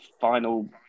final